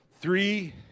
three